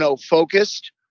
focused